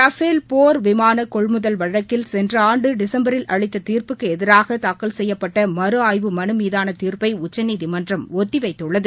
Rafale போர் விமான கொள்முதல் வழக்கில் சென்ற ஆண்டு டிசம்பரில் அளித்த தீர்ப்புக்கு எதிராக தாக்கல் செய்யப்பட்ட மறு ஆய்வு மனு மீதான தீர்ப்பை உச்சநீதிமன்றம் ஒத்திவைத்துள்ளது